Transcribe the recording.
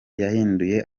yahinduye